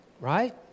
right